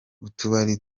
utubari